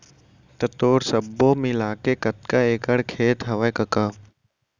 त तोर सब्बो मिलाके कतका एकड़ खेत हवय कका?